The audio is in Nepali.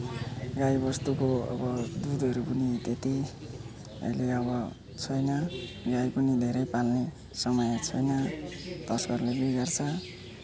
गाई बस्तुको अब दुधहरू पनि त्यति अहिले अब छैन गाई पनि धेरै पाल्ने समय छैन तस्करले बिगार्छ